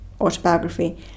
autobiography